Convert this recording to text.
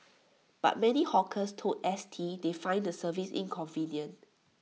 but many hawkers told S T they find the service inconvenient